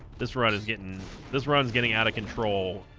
this rod is getting this runs getting out of control